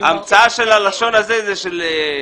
המצאה של הלשון הזה היא של בריס.